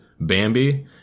Bambi